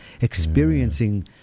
experiencing